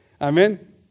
Amen